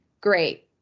great